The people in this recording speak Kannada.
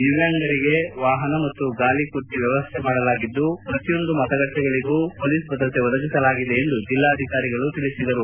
ದಿವ್ಯಾಂಗರಿಗೆ ವಾಹನ ಮತ್ತು ಗಾಲಿ ಕುರ್ಚಿ ವ್ಯವಸ್ಥೆ ಮಾಡಲಾಗಿದ್ದು ಪ್ರತಿಯೊಂದು ಮತಗಟ್ಟೆಗಳಗೂ ಪೊಲೀಸ್ ಭದ್ರತೆ ಒದಗಿಸಲಾಗಿದೆ ಎಂದು ಜಿಲ್ಲಾಧಿಕಾರಿಗಳು ತಿಳಿಸಿದರು